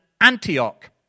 Antioch